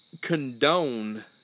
condone